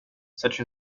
such